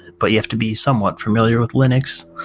but you have to be somewhat familiar with linux.